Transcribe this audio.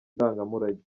ndangamurage